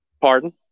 Pardon